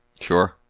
sure